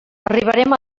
arribarem